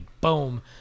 boom